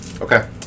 Okay